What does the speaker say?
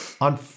on